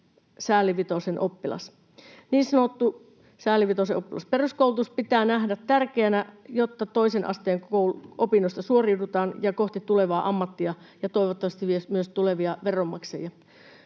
paremmin kuin se niin sanottu säälivitosen oppilas. Peruskoulutus pitää nähdä tärkeänä, jotta toisen asteen opinnoista suoriudutaan kohti tulevaa ammattia ja toivottavasti myös tulevia veronmaksajia.